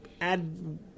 add